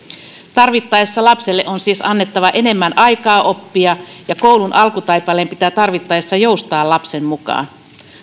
tarvittaessa lapselle on siis annettava enemmän aikaa oppia ja koulun alkutaipaleen pitää tarvittaessa joustaa lapsen mukaan